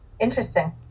Interesting